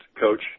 coach